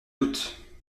doutes